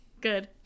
Good